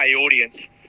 audience